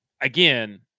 again